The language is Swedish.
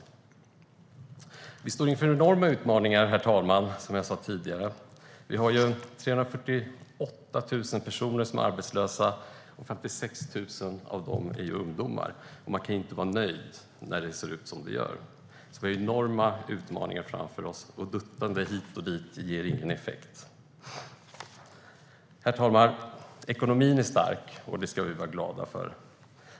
Herr talman! Som jag sa tidigare står vi inför enorma utmaningar. Vi har 348 000 personer som är arbetslösa, och 56 000 av dem är ungdomar. Man kan inte vara nöjd när det ser ut som det gör. Vi har enorma utmaningar framför oss. Duttande hit och dit ger ingen effekt. Herr talman! Ekonomin är stark, och det ska vi vara glada för.